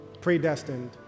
predestined